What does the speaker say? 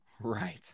right